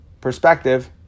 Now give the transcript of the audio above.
perspective